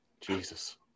Jesus